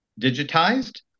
digitized